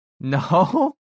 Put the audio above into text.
No